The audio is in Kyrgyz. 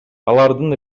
алардын